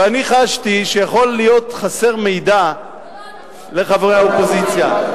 ואני חשתי שיכול להיות חסר מידע לחברי האופוזיציה.